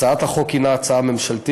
הצעת החוק היא הצעה ממשלתית,